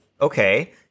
okay